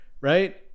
right